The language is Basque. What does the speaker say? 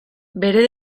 bere